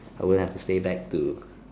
I wouldn't have to stay back to